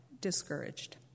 discouraged